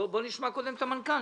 בוא נשמע קודם את המנכ"ל,